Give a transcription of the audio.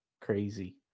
crazy